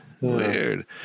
weird